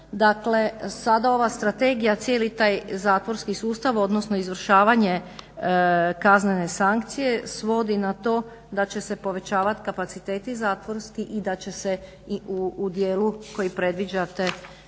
Dakle, sada ova strategija, cijeli taj zatvorski sustav odnosno izvršenje kaznene sankcije se svodi na to da će se povećavati kapaciteti zatvorski i da će se i u dijelu koji predviđate